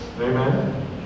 amen